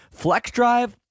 FlexDrive